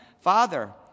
Father